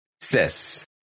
Sis